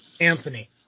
Anthony